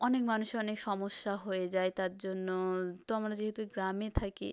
অনেক মানুষের অনেক সমস্যা হয়ে যায় তার জন্য তো আমরা যেহেতু গ্রামে থাকি